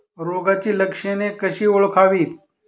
रोगाची लक्षणे कशी ओळखावीत?